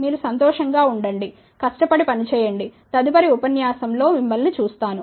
మీరు సంతోషంగా ఉండండి కష్టపడి పనిచేయండి తదుపరి సారి మిమ్మల్ని చూస్తాను